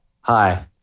Hi